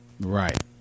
Right